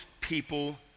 people